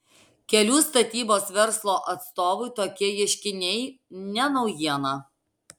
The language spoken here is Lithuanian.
kelių statybos verslo atstovui tokie ieškiniai ne naujiena